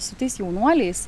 su tais jaunuoliais